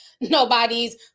Nobody's